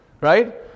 right